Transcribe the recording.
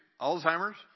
Alzheimer's